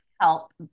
help